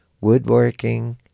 woodworking